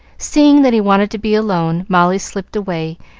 seeing that he wanted to be alone, molly slipped away,